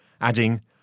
adding